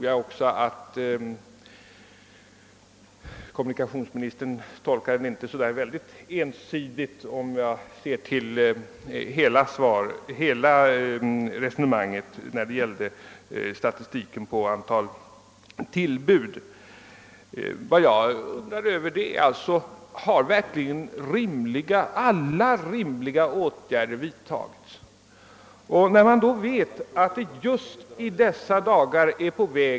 Jag tror att inte heller kommunikationsministern tolkar statistiken så ensidigt, om han studerar antalet tillbud. Jag frågar alltså, om alla rimliga åtgärder har vidtagits.